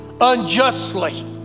unjustly